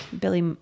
Billy